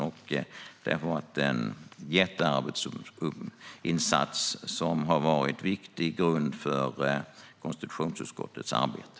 Det har varit en jättearbetsinsats som har varit en viktig grund för konstitutionsutskottets arbete.